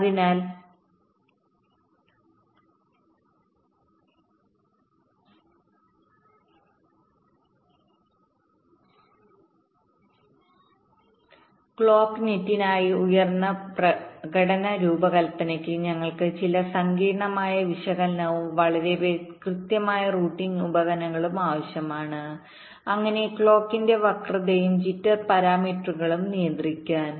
അതിനാൽ ക്ലോക്ക് നെറ്റിനായി ഉയർന്ന പ്രകടന രൂപകൽപ്പനയ്ക്ക് ഞങ്ങൾക്ക് ചില സങ്കീർണ്ണമായ വിശകലനങ്ങളും വളരെ കൃത്യമായ റൂട്ടിംഗ് ഉപകരണങ്ങളും ആവശ്യമാണ് അങ്ങനെ ക്ലോക്കിന്റെ വക്രതയും ജിറ്റർ പാരാമീറ്ററുകളുംനിയന്ത്രിക്കാൻ